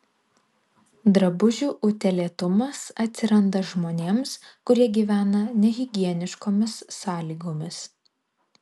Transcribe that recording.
drabužių utėlėtumas atsiranda žmonėms kurie gyvena nehigieniškomis sąlygomis